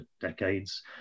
decades